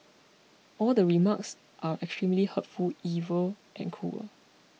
all the remarks are extremely hurtful evil and cruel